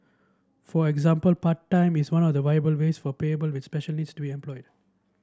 for example part time is one of the viable ways for with special needs to employed